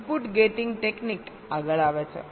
input getting technique આગળ આવે છે